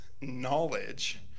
knowledge